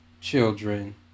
children